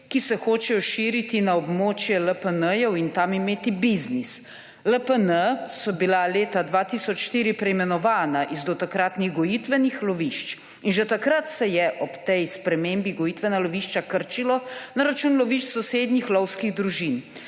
ki se hočejo širiti na območje LPN in tam imeti biznis. LPN so bili leta 2004 preimenovani iz dotakratnih gojitvenih lovišč in že takrat se je ob tej spremembi gojitvena lovišča krčilo na račun lovišč sosednjih lovskih družin.